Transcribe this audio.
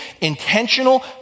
intentional